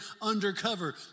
undercover